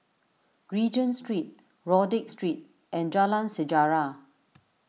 Regent Street Rodyk Street and Jalan Sejarah